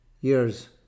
years